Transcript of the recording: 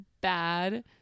bad